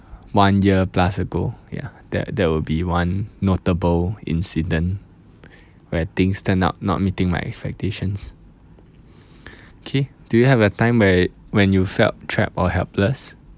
one year plus ago ya that that would be one notable incident where things turn out not meeting my expectations kay do you have a time where when you felt trap or helpless